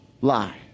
Lie